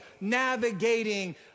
navigating